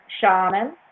shaman